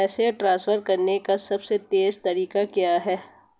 पैसे ट्रांसफर करने का सबसे तेज़ तरीका क्या है?